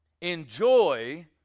enjoy